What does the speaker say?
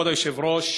כבוד היושב-ראש,